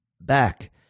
back